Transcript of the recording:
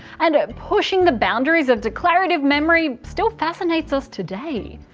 and pushing the boundaries of declarative memory still fascinates us today.